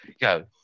go